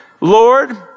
Lord